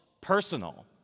personal